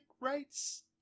rights